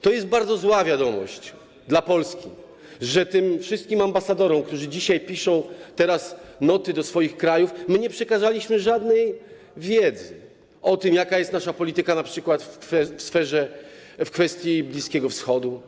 To jest bardzo zła wiadomość dla Polski, że tym wszystkim ambasadorom, którzy dzisiaj, teraz piszą noty do swoich krajów, nie przekazaliśmy żadnej wiedzy o tym, jaka jest nasza polityka na przykład w kwestii Bliskiego Wschodu.